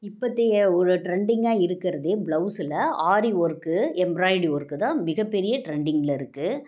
இப்போத்தைய ஒரு ட்ரெண்டிங்காக இருக்கிறது ப்ளவுஸில் ஆரி ஒர்க்கு எம்ப்ராய்டி ஒர்க்கு தான் மிகப்பெரிய ட்ரெண்டிங்கில் இருக்குது